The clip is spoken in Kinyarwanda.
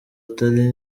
atari